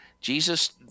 Jesus